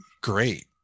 great